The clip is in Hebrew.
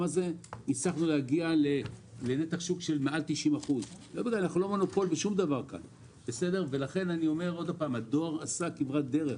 הצלחנו להגיע לנתח שוק של מעל 90%. הדואר עשה כברת דרך.